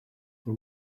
for